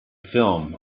film